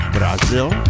Brazil